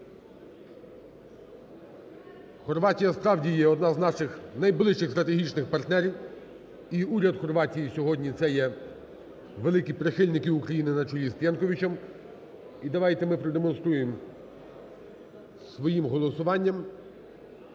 Хорватія, справді, є одна з наших найближчих стратегічних партнерів, і Уряд Хорватії сьогодні це є великі прихильники України на чолі з Пленковичем. І давайте ми продемонструємо своїм голосуванням